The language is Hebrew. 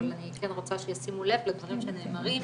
אבל אני כן רוצה שישימו לב לדברים שנאמרים